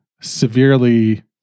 severely